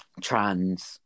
trans